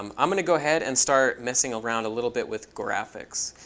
um i'm going to go ahead and start messing around a little bit with graphics.